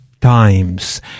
times